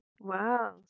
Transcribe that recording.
Wow